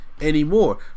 anymore